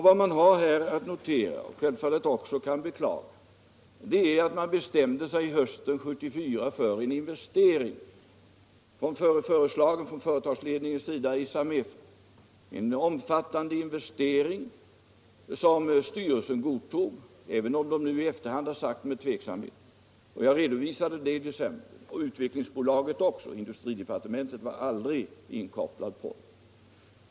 Vad vi här har att notera och självfallet också kan beklaga är att Samefa hösten 1974 bestämde sig för en investering. Från företagsledningens sida föreslogs en omfattande investering som styrelsen godtog, även om den i efterhand har sagt att den gjorde det med tvekan. Jag redovisade detta i december, och Svenska Utvecklingsaktiebolaget också. Industridepartementet var aldrig inkopplat på detta.